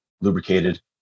lubricated